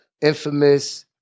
infamous